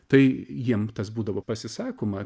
tai jiem tas būdavo pasisakoma